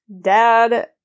dad